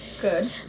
good